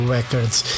Records